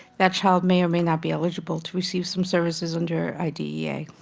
that child may or may not be eligible to receive some services under idea,